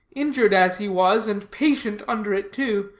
injured as he was, and patient under it, too,